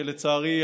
לצערי,